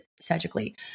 surgically